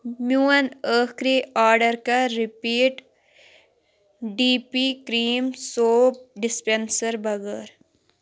میون أخری آرڈر کَر repeat D P cream soap dispenser بَغٲر